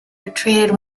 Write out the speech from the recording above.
retreated